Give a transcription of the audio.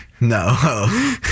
No